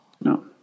No